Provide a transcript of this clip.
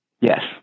Yes